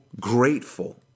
grateful